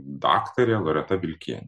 daktarė loreta vilkienė